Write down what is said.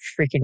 freaking